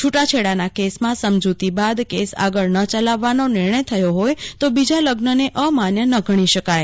છૂટાછેડાના કેસમાં સમજૂતી બાદ કેસ આગળ ન ચલાવવાનો નિર્ણય થયો હોય તો બીજા લગ્નને સામાન્ય ન ગણી શકાય